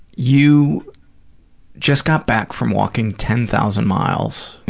you just got back from walking ten thousand miles,